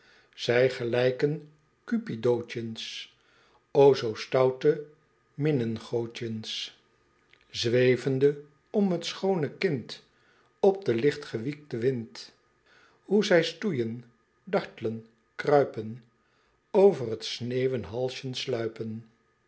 zij gelijken kupidootjens o zoo stoute minnegoodjens zwevende om het schoone kind op den licht gewiekten wind hoe zij stoeyen dartlen kruipen over t sneeuwen halsjen sluipen